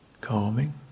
calming